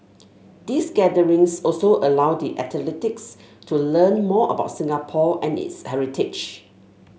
these gatherings also allow the athletes to learn more about Singapore and its heritage